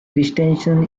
christensen